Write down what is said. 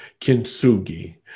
kintsugi